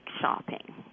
shopping